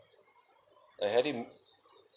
I had it in